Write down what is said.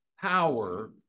power